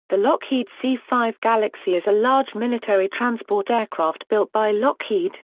the lockheed c five galaxy is a large military transport aircraft built by lockheed.